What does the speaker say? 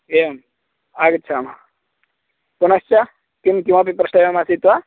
एवम् आगच्छामः पुनश्च किं किमपि प्रष्टव्यम् आसीत् वा